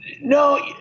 No